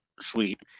sweet